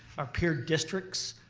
our peer districts.